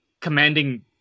commanding